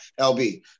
lb